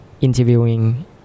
interviewing